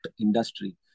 industry